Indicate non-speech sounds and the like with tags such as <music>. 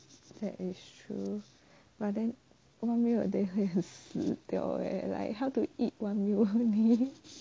that is true but then one meal a day 会死掉 leh like how to eat one meal a day <laughs>